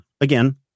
again